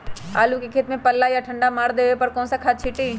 आलू के खेत में पल्ला या ठंडा मार देवे पर कौन खाद छींटी?